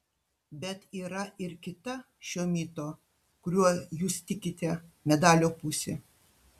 bet yra ir kita šio mito kuriuo jūs tikite medalio pusė